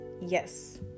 yes